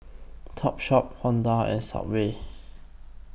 Topshop Honda and Subway